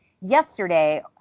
yesterday